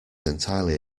entirely